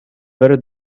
very